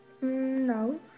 No